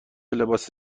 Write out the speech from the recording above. لباس